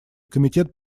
комитет